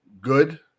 Good